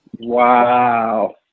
Wow